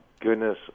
goodness